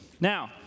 Now